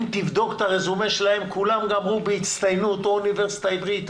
אם תבדוק את הרזומה שלהם כולם גמרו בהצטיינות או את האוניברסיטה העברית,